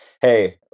hey